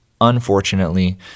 Unfortunately